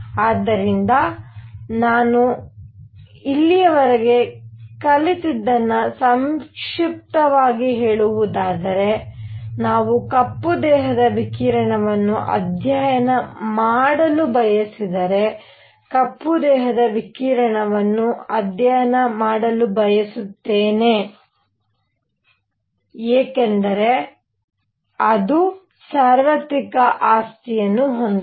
ಆದ್ದರಿಂದ ನಾವು ಇಲ್ಲಿಯವರೆಗೆ ಕಲಿತದ್ದನ್ನು ಸಂಕ್ಷಿಪ್ತವಾಗಿ ಹೇಳುವುದಾದರೆ ನಾವು ಕಪ್ಪು ದೇಹದ ವಿಕಿರಣವನ್ನು ಅಧ್ಯಯನ ಮಾಡಲು ಬಯಸಿದರೆ ಕಪ್ಪು ದೇಹದ ವಿಕಿರಣವನ್ನು ಅಧ್ಯಯನ ಮಾಡಲು ಬಯಸುತ್ತೇನೆ ಏಕೆಂದರೆ ಅದು ಸಾರ್ವತ್ರಿಕ ಆಸ್ತಿಯನ್ನು ಹೊಂದಿದೆ